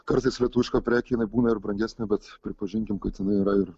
kartais lietuviška prekė jinai būna ir brangesnė bet pripažinkim kad jinai yra ir